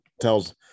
Tells